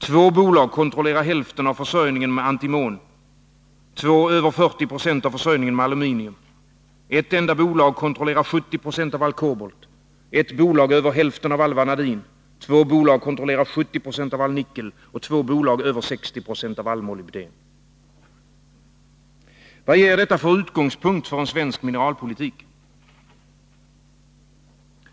Två bolag kontrollerar hälften av försörjningen med antimon, två över 40 96 av försörjningen med aluminium, ett enda bolag kontrollerar 70 20 av all kobolt, ett bolag över hälften av all vanadin, två bolag kontrollerar 70 96 av all nickel och två över 60 96 av all molybden. Vad ger detta för utgångspunkt för en svensk mineralpolitik?